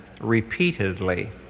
repeatedly